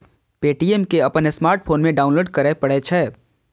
Paytm कें अपन smartphone मे डाउनलोड करय पड़ै छै